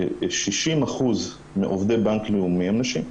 ש-60% מעובדי בנק לאומי הן נשים.